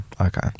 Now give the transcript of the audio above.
okay